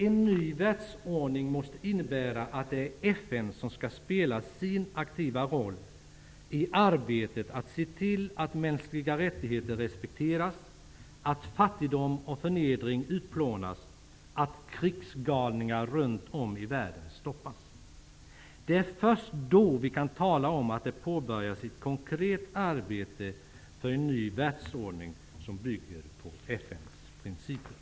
En ny världsordning måste innebära att det är FN som skall spela sin aktiva roll i arbetet att se till att mänskliga rättigheter respekteras, att fattigdom och förnedring utplånas och att krigsgalningar runtom i världen stoppas. Det är först då vi kan tala om att det påbörjats ett konkret arbete för en ny världsordning som bygger på FN:s principer.